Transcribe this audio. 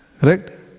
Correct